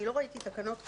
אני לא ראיתי תקנות כאלה,